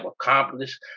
accomplished